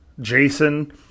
Jason